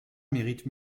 mérite